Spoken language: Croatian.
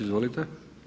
Izvolite.